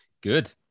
Good